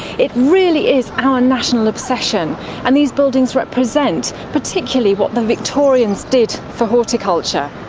it really is our national obsession and these buildings represent particularly what the victorians did for horticulture.